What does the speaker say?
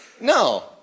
No